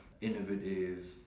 innovative